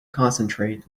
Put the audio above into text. concentrate